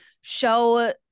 show